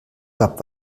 gab